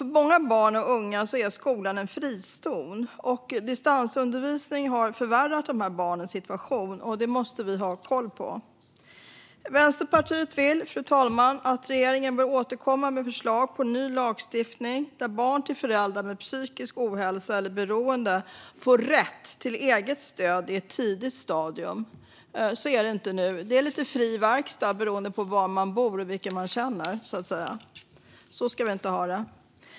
För många barn och unga är skolan en frizon, och distansundervisning förvärrar dessa barns situation. Det måste vi ha koll på. Fru talman! Vänsterpartiet vill att regeringen återkommer med förslag på ny lagstiftning där barn till föräldrar med psykisk ohälsa eller beroende får rätt till eget stöd i ett tidigt stadium. Så är det inte nu. Det är lite fri verkstad beroende på var man bor och vilka man känner. Så ska vi inte ha det.